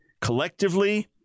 collectively